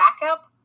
backup